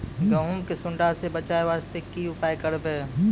गहूम के सुंडा से बचाई वास्ते की उपाय करबै?